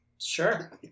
Sure